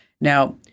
Now